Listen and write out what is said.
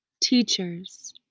teachers